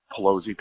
Pelosi